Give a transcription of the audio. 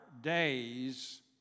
days